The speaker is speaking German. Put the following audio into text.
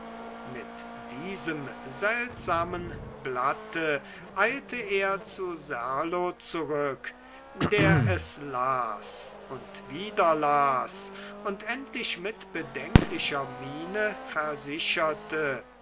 mit diesem seltsamen blatte eilte er zu serlo zurück der es las und wieder las und endlich mit bedenklicher miene versicherte